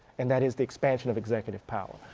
and that is the expansion of executive power.